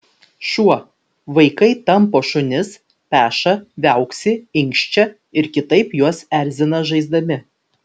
šuo vaikai tampo šunis peša viauksi inkščia ir kitaip juos erzina žaisdami